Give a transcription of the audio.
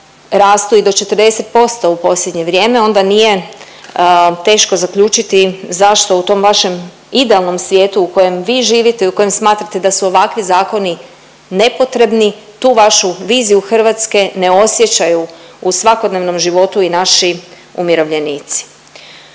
rastu i do 40% u posljednje vrijeme onda nije teško zaključiti zašto u tom vašem idealnom svijetu u kojem vi živite i u kojem smatrate da su ovakvi zakoni nepotrebni tu vašu viziju Hrvatske ne osjećaju u svakodnevnom životu i naši umirovljenici.